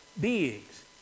beings